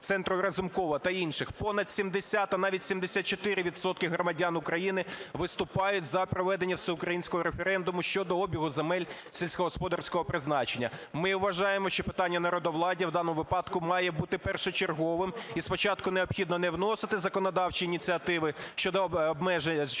Центру Разумкова та інших – понад 70, а навіть 74 відсотки громадян України виступають за проведення всеукраїнського референдуму щодо обігу земель сільськогосподарського призначення. Ми вважаємо, що питання народовладдя в даному випадку має бути першочерговим і спочатку необхідно не вносити законодавчі ініціативи щодо продажу землі,